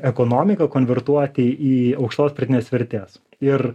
ekonomiką konvertuoti į aukštos pridėtinės vertės ir